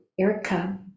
Erica